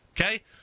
okay